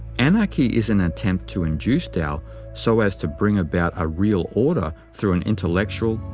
anarchy is an attempt to induce tao so as to bring about a real order through an intellectual,